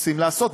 רוצים לעשות.